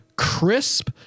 crisp